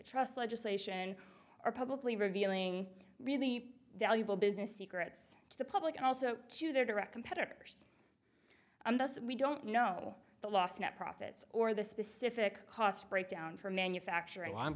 antitrust legislation or publicly revealing really valuable business secrets to the public and also to their direct competitors and thus we don't know the last net profits or the specific cost breakdown for manufacturing i'm